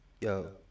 Yo